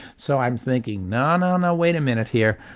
so i'm thinking no, no no wait a minute here.